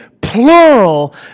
plural